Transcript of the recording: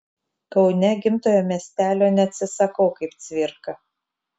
kaune gimtojo miestelio neatsisakau kaip cvirka